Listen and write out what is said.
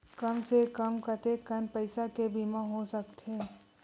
कम से कम कतेकन पईसा के बीमा हो सकथे?